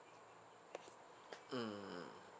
mm mm